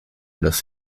los